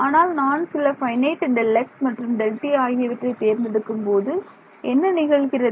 ஆனால் நான் சில ஃபைனைட் Δx மற்றும் Δt ஆகியவற்றை தேர்ந்தெடுக்கும் போது என்ன நிகழ்கிறது